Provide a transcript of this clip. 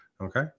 okay